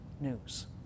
news